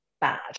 bad